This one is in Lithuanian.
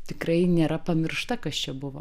tikrai nėra pamiršta kas čia buvo